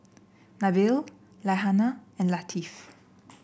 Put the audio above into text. Nabil Raihana and Latif